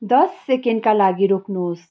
दस सेकेन्डका लागि रोक्नुहोस्